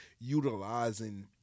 utilizing